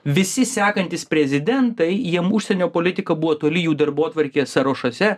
visi sekantys prezidentai jiem užsienio politika buvo toli jų darbotvarkės sąrašuose